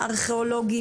ארכיאולוגים,